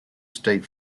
state